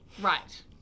Right